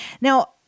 Now